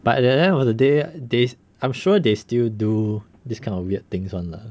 but at the end of the day they I'm sure they still do this kind of weird things [one] lah